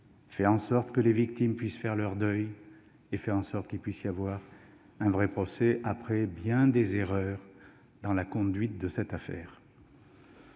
le jeu, permettre aux victimes de faire leur deuil et faire en sorte qu'il puisse y avoir un vrai procès, après bien des erreurs dans la conduite de cette affaire.